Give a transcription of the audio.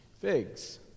Figs